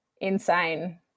insane